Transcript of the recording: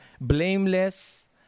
blameless